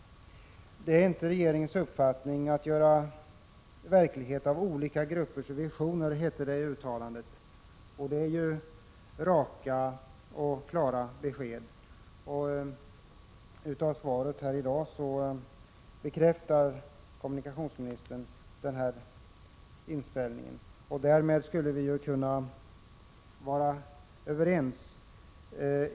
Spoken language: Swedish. Det är inte regeringens uppfattning att göra verklighet av olika gruppers visioner, hette det i uttalandet. Det är ju raka och klara besked, och i svaret här i dag bekräftar kommunikationsministern denna inställning. Därmed skulle vi kunna vara överens.